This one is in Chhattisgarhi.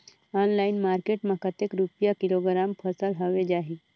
ऑनलाइन मार्केट मां कतेक रुपिया किलोग्राम फसल हवे जाही?